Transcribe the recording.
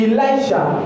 Elijah